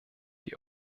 die